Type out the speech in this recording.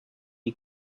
you